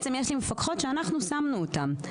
יש מפקחות שאנחנו שמנו אותן.